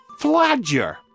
Flagger